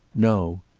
no.